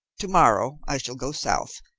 to-morrow i shall go south.